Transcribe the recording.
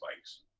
bikes